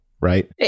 right